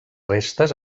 restes